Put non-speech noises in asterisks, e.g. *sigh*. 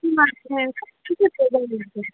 *unintelligible*